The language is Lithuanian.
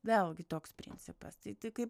vėlgi toks principas tai tik kaip